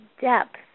depth